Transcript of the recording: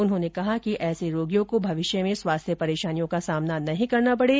उन्होंने कहा कि ऐसे रोगियों को भविष्य में स्वास्थ्य परेशानियों का सामना नहीं करना पड़े